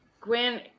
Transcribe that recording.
Gwen